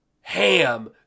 Ham